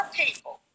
people